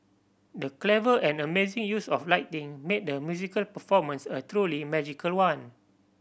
the clever and amazing use of lighting made the musical performance a truly magical one